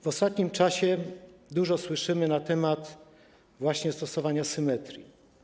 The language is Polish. W ostatnim czasie dużo słyszymy na temat właśnie stosowania symetrii.